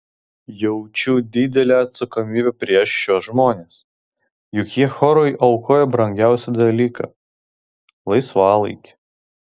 jaučiu didelę atsakomybę prieš šiuos žmones juk jie chorui aukoja brangiausią dalyką laisvalaikį